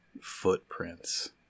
footprints